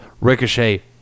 Ricochet